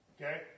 okay